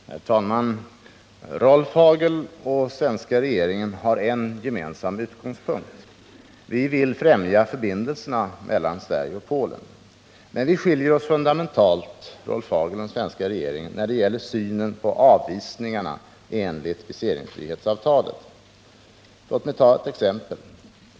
Herr talman! Rolf Hagel och den svenska regeringen har en gemensam utgångspunkt; vi vill främja förbindelserna mellan Sverige och Polen. Men Rolf Hagel och den svenska regeringen skiljer sig fundamentalt när det gäller synen på avvisningarna enligt viseringsfrihetsavtalet. Låt mig ta ett exempel.